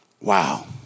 Wow